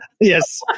Yes